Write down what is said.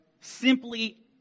simply